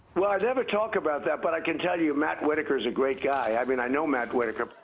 never talk about that, but i can tell you matt whitaker is a great guy. i mean, i know matt whitaker.